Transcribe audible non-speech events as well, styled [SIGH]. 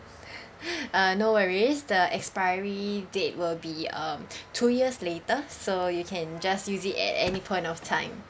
[LAUGHS] uh no worries the expiry date will be uh two years later so you can just use it at any point of time